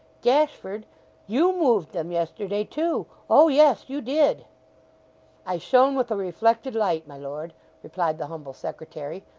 gashford you moved them yesterday too. oh yes! you did i shone with a reflected light, my lord replied the humble secretary,